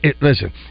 Listen